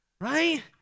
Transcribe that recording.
Right